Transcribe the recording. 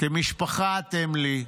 כמשפחה אתם לי,